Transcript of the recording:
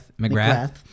McGrath